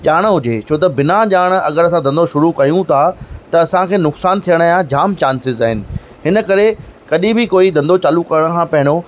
ॼाण हुजे छो त बिना ॼाण अगरि धंदो शुरु कयूं था त असांखे नुक़सानु थियण जा जाम चांसिस आहिनि हिन करे कॾहिं बि कोई धंदो चालू करण खां पहिरियों